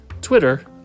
Twitter